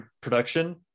production